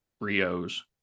Rio's